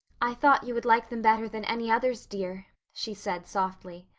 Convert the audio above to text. i thought you would like them better than any others, dear, she said softly.